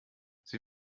sie